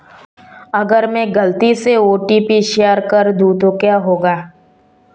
अगर मैं गलती से ओ.टी.पी शेयर कर दूं तो क्या होगा?